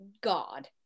god